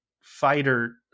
fighter